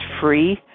free